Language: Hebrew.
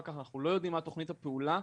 כך אנחנו לא יודעים מה תוכנית הפעולה,